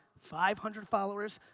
five hundred followers,